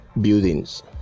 buildings